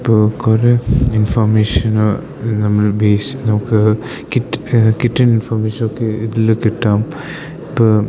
ഇപ്പോൾ കുറെ ഇൻഫോർമേഷന് നമ്മൾ ബേസ് നമുക്ക് കിട്ട് കിട്ടണ് ഇൻഫർമേഷൻ ഒക്കെ ഇതിൽ കിട്ടാം ഇപ്പം